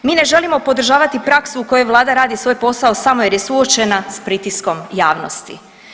Mi ne želimo podržavati praksu u kojoj vlada radi svoj posao samo jer je suočena s pritiskom javnosti.